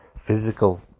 physical